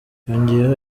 yongeyeho